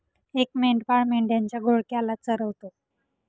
एक मेंढपाळ मेंढ्यांच्या घोळक्याला चरवतो